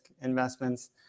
investments